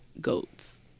GOATs